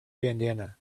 bandanna